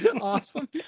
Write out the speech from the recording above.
Awesome